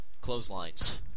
Clotheslines